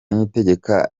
niyitegeka